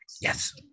Yes